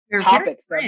topics